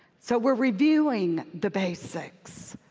so, we're reviewing the basics.